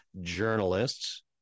journalists